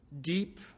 deep